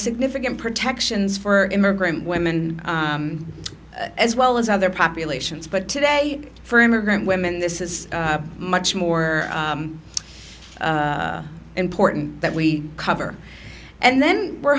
significant protections for immigrant women as well as other populations but today for immigrant women this is much more important that we cover and then we're